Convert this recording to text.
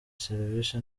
serivisi